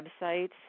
websites